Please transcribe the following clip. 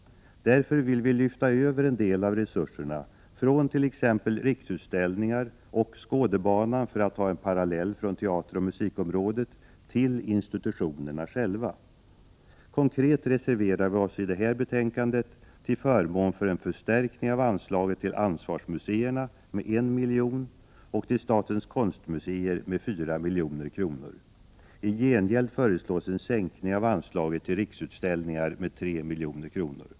Därför vill vi lyfta över en del av resurserna från t.ex. Riksutställningar och Skådebanan -— för att ta en parallell från teateroch musikområdet — till institutionerna själva. Konkret reserverar vi oss i detta betänkande till förmån för en förstärkning av anslaget till ansvarsmuseerna med 1 milj.kr. och till statens konstmuseer med 4 milj.kr. I gengäld föreslås en sänkning av anslaget till Riksutställningar med 3 milj.kr.